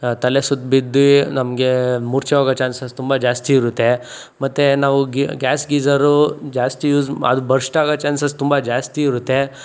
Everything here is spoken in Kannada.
ತಲೆ ಸುತ್ತಿ ಬಿದ್ದು ನಮಗೆ ಮೂರ್ಛೆ ಹೋಗೋ ಚಾನ್ಸಸ್ ತುಂಬ ಜಾಸ್ತಿ ಇರುತ್ತೆ ಮತ್ತೆ ನಾವು ಗಿ ಗ್ಯಾಸ್ ಗೀಝರು ಜಾಸ್ತಿ ಯೂಸ್ ಅದು ಬರ್ಶ್ಟ್ ಆಗೋ ಚಾನ್ಸಸ್ ತುಂಬ ಜಾಸ್ತಿ ಇರುತ್ತೆ